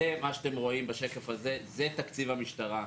מה שאתם רואים בשקף הזה, זה תקציב המשטרה.